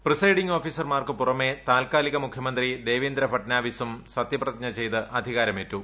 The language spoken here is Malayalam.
പ്രിസൈഡിംഗ് ഓഫീസർമാർക്കു പുറകേ താൽകാലിക മുഖ്യമന്ത്രി ദേവേന്ദ്ര ഫഡ്നാവിസും സത്യപ്രതിജ്ഞ ചെയ്ത് അധികാരമേറ്റു